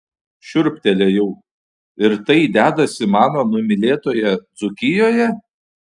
šiurptelėjau ir tai dedasi mano numylėtoje dzūkijoje